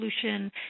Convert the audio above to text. pollution